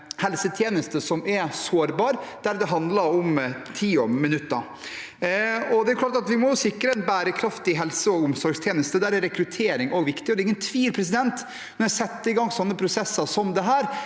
helsetjeneste som er sårbar, der det handler om tid – minutter. Det er klart at vi må sikre en bærekraftig helse- og omsorgstjeneste. Da er også rekruttering viktig. Det er ingen tvil om at når man setter i gang prosesser som dette,